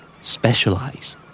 Specialize